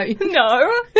No